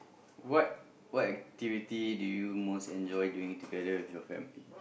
what what activity do you most enjoy doing together with your family